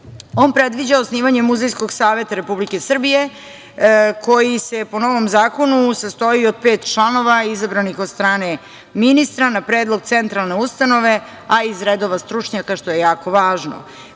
On predviđa osnivanje muzejskog saveta Republike Srbije koji se po novom zakonu sastoji od pet članova izabranih od strane ministra na predlog Centralne ustanove, a iz redova stručnjaka što je jako